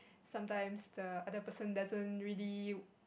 sometimes the other person doesn't really